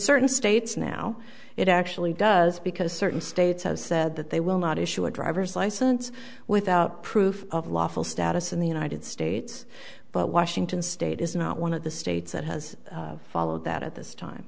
certain states now it actually does because certain states have said that they will not issue a driver's license without proof of lawful status in the united states but washington state is not one of the states that has followed that at this time